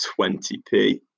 20p